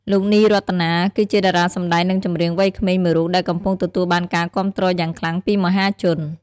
លោក នី រតនា គឺជាតារាសម្តែងនិងចម្រៀងវ័យក្មេងមួយរូបដែលកំពុងទទួលបានការគាំទ្រយ៉ាងខ្លាំងពីមហាជន។